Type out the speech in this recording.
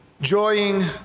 joying